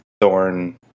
Thorn